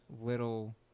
little